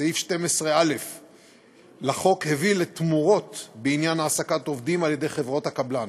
סעיף 12א לחוק הביא לתמורות בעניין העסקת עובדים על ידי חברות קבלן.